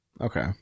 Okay